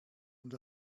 and